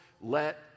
let